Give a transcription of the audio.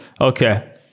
okay